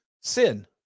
sin